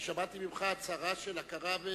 כי שמעתי ממך הצהרה של הכרה,